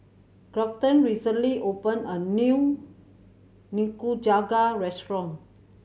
Grafton recently opened a new Nikujaga restaurant